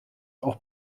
auch